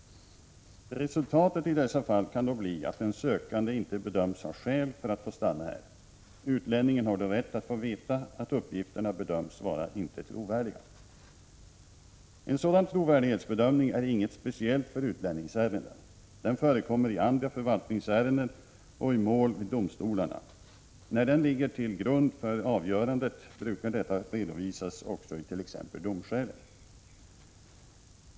Resultatet i dessa fall kan då bli att den sökande inte bedöms ha skäl för att få stanna här. Utlänningen har då rätt att få veta att uppgifterna bedömts vara inte trovärdiga. En sådan trovärdighetsbedömning är inget speciellt för utlänningsären 51 den. Den förekommer i andra förvaltningsärenden och i mål vid domstolarna. När den ligger till grund för hur avgörandet slutar brukar detta redovisas också i t.ex. domskälen.